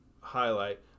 highlight